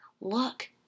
look